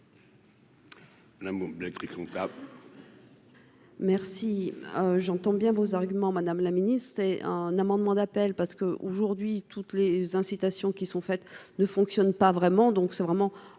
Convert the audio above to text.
madame la ministre,